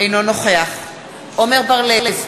אינו נוכח עמר בר-לב,